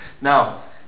Now